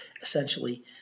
essentially